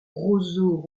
roseaux